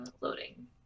loading